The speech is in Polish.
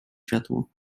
światło